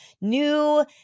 new